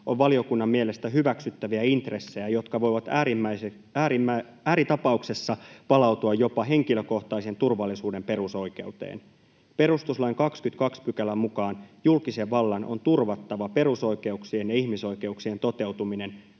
on valiokunnan mielestä hyväksyttäviä intressejä, jotka voivat ääritapauksessa palautua jopa henkilökohtaisen turvallisuuden perusoikeuteen. Perustuslain 22 §:n mukaan julkisen vallan on turvattava perusoikeuksien ja ihmisoikeuksien toteutuminen